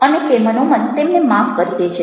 અને તે મનોમન તેમને માફ કરી દે છે